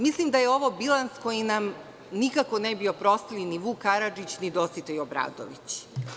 Mislim da je ovo bilans koji nam nikako ne bi oprostili ni Vuk Karadžić, ni Dositej Obradović.